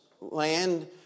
land